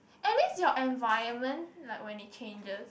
at least your environment like when it changes